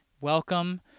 Welcome